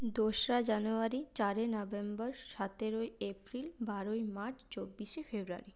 দোসরা জানুয়ারি চারই নভেম্বর সাতেরোই এপ্রিল বারোই মার্চ চব্বিশে ফেব্রুয়ারি